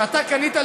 כשאתה קנית,